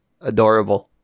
adorable